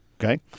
Okay